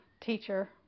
teacher